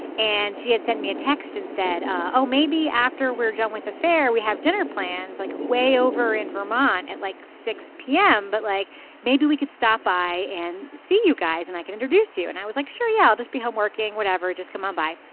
and she had sent me a text and said oh maybe after we're done with the fare we have dinner plans like way over in vermont at like six zero p m. but like maybe we could stop by and see you guys and i could introduce you and i was like sure yeah i'll just be home working whatever just come on by.